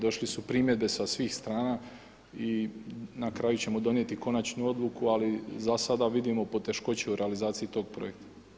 Došle su primjedbe sa svih strana i na kraju ćemo donijeti konačnu odluku, ali za sada vidimo poteškoće u realizaciji tog projekta.